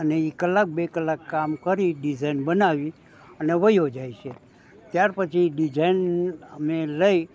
અને એ કલાક બે કલાક કામ કરી ડિઝાઇન બનાવી અને વયો જાય છે ત્યારપછી એ ડિજાઇન અમે લઈ